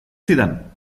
zidan